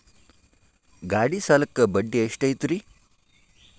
ಗಾಡಿ ಸಾಲಕ್ಕ ಬಡ್ಡಿ ಎಷ್ಟೈತ್ರಿ?